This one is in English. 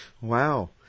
Wow